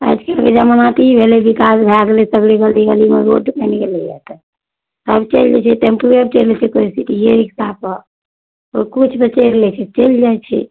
आजकलके जमाना तऽ ई भेलय विकास भए गेलय सगरे गली गलीमे रोड बनि गेलैये तऽ आब चलि जाइ छियै टेम्पूयेपर चढ़ि जाइ छै कहय छियै की ईये रिक्शापर तऽ किछुपर चढ़ि लै छियै चलि जाइ छियै